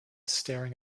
staring